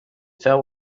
fell